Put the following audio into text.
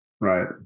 right